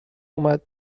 اومد